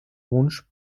wunsch